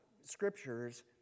scriptures